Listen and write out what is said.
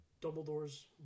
Dumbledore's